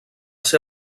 ser